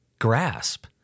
grasp